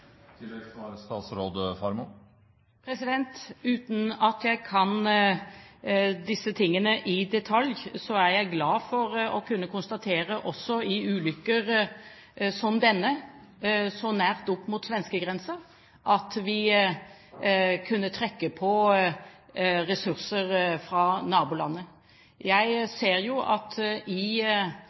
Uten at jeg kan disse tingene i detalj, er jeg glad for å kunne konstatere at vi også i ulykker som denne, så nært opp mot svenskegrensen, kunne trekke på ressurser fra nabolandet. Jeg ser jo at vi i